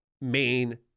main